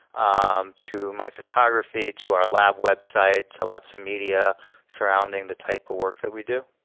um to my photography, to our lab website, to lots of media surrounding the type of work that we do.